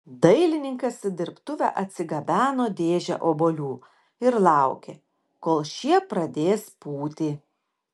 dailininkas į dirbtuvę atsigabeno dėžę obuolių ir laukė kol šie pradės pūti